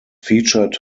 featured